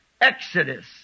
exodus